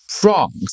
prongs